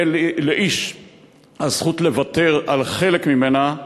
ואין לאיש זכות לוותר על חלק ממנה,